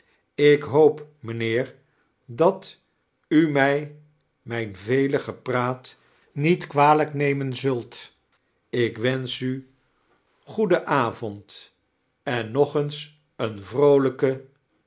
ik hoop mijnheer dat u mij mijn rele gepraat niet kwalij'k nemeai zult ik wemsch u goeden avond en nog eens een vroolijke